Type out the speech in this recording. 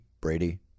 brady